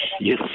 Yes